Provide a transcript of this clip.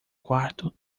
quarto